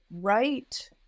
right